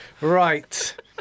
right